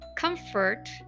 Comfort